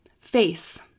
face